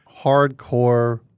hardcore